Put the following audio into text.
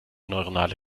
neuronale